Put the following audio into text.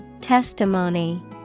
Testimony